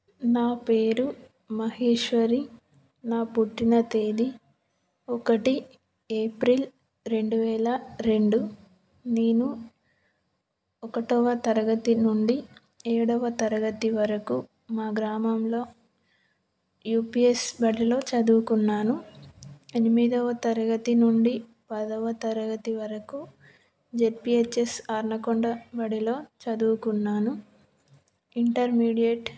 నా పేరు మహేశ్వరి నా పుట్టిన తేదీ ఒకటి ఏప్రిల్ రెండు వేల రెండు నేను ఒకటవ తరగతి నుండి ఏడవ తరగతి వరకు మా గ్రామంలో యుపీఎస్ బడిలో చదువుకున్నాను ఎనిమిదవ తరగతి నుండి పదవ తరగతి వరకు జెడ్పీహెచ్ఎస్ అనకొండ బడిలో చదువుకున్నాను ఇంటర్మీడియట్